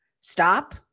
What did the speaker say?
stop